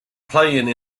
playing